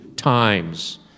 times